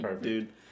Dude